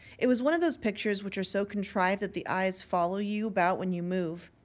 it was one of those pictures which are so contrived that the eyes follow you about when you move.